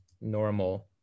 normal